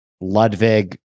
Ludwig